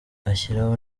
ashyiraho